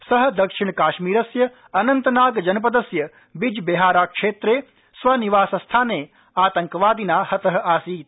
सः दक्षिण काश्मीरस्य अनन्तनाग जनपदस्य बिजबेहारा क्षेत्रे स्वनिवासस्थाने आतंकवादिना हतः आसीत्